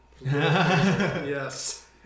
Yes